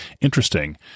Interesting